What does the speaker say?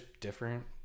different